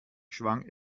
schwang